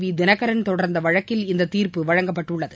we Dhinakaran தொடர்ந்த வழக்கில் இந்த தீர்ப்பு வழங்கப்பட்டுள்ளது